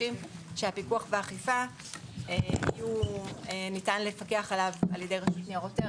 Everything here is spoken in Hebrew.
ודורשים שניתן יהיה לפקח על ידי רשות ניירות ערך.